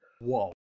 Whoa